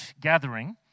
gathering